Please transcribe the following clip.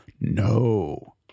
No